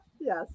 Yes